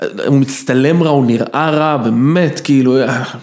הוא מצטלם רע, הוא נראה רע, באמת, כאילו...